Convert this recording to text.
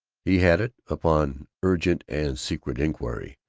he had it, upon urgent and secret inquiry,